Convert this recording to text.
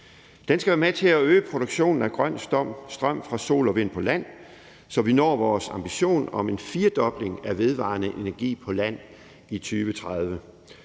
Den skal være med til at øge produktionen af grøn strøm fra sol og vind på land, så vi når vores ambition om en firdobling af den vedvarende energi på land i 2030.